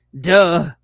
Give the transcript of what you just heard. duh